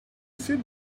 sit